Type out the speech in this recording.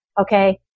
Okay